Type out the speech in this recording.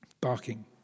barking